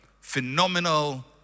phenomenal